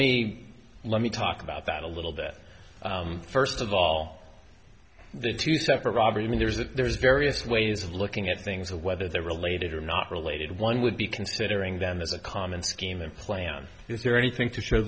me let me talk about that a little bit first of all the two separate robert i mean there's a there's various ways of looking at things to whether they're related or not related one would be considering them as a common scheme and plan is there anything to show